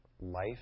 life